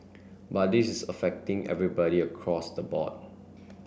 but this is affecting everybody across the board